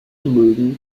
mögen